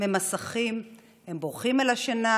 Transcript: ממסכים הם בורחים אל השינה,